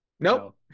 Nope